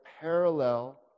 parallel